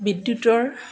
বিদ্যুতৰ